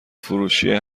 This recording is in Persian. فروشیه